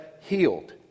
healed